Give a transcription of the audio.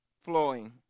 flowing